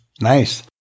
Nice